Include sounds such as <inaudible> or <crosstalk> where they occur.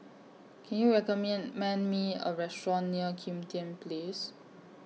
Can YOU <unintelligible> Me A Restaurant near Kim Tian Place